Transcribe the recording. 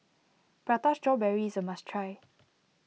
Prata Strawberry is a must try